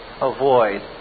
avoid